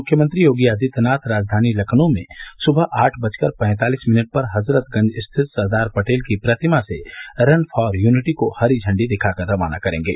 मुख्यमंत्री योगी आदित्यनाथ राजधानी लखनऊ में सुबह आठ बजकर पैंतालिस मिनट पर हजरतगंज स्थित सरदार पटेल की प्रतिमा से रन फॉर यूनिटी को हरी झंडी दिखाकर रवाना करेंगे